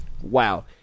wow